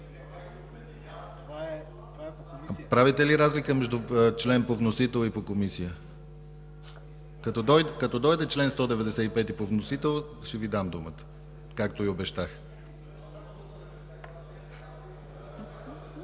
Правите ли разлика между член по вносител и по Комисия? Като дойде чл. 195 по вносител, ще Ви дам думата, както Ви обещах.